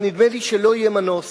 אבל נדמה לי שלא יהיה מנוס